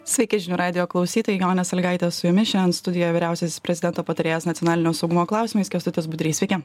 sveiki žinių radijo klausytojai jonė salygaitė su jumis šendien studijoje vyriausiasis prezidento patarėjas nacionalinio saugumo klausimais kęstutis budrys sveiki